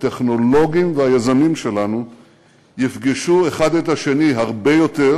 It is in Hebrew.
הטכנולוגים והיזמים שלנו יפגשו האחד את השני הרבה יותר,